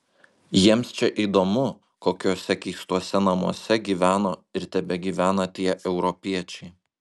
jiems čia įdomu kokiuose keistuose namuose gyveno ir tebegyvena tie europiečiai